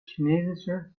chinesisches